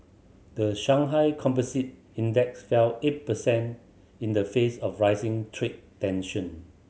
the Shanghai Composite Index fell eight percent in the face of rising trade tension